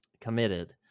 committed